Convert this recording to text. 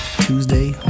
Tuesday